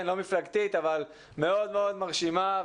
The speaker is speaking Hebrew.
לא מפלגתית מאוד מרשימה.